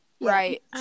Right